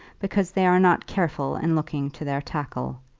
because they are not careful in looking to their tackle.